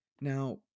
Now